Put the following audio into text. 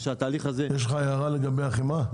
הערה לגבי החמאה?